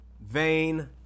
vain